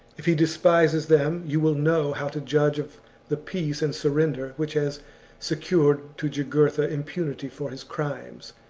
if he despises them, you will know how to judge of the peace and surrender which has secured to jugurtha impunity for his crimes,